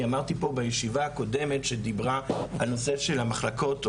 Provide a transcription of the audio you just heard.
אמרתי פה בישיבה הקודמת שדיברה על נושא של המחלקות,